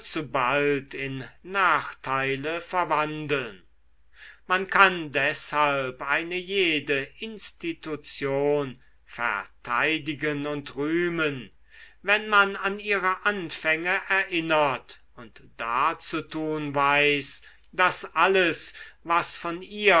allzubald in nachteile verwandeln man kann deshalb eine jede institution verteidigen und rühmen wenn man an ihre anfänge erinnert und darzutun weiß daß alles was von ihr